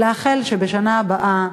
ולאחל שבשנה הבאה